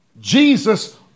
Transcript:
Jesus